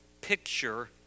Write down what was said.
picture